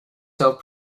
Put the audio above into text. self